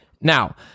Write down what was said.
Now